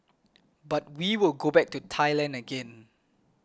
but we will go back to Thailand again